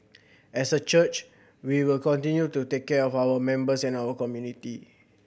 as a church we will continue to take care of our members and our community